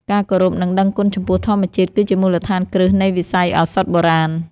ការគោរព និងដឹងគុណចំពោះធម្មជាតិ គឺជាមូលដ្ឋានគ្រឹះនៃវិស័យឱសថបុរាណ។